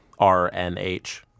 RNH